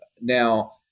Now